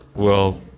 well,